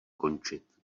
končit